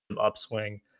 upswing